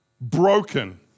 broken